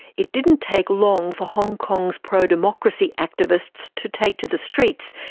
it didn't take long for hong kong's pro-democracy activists to take to the streets,